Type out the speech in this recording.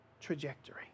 trajectory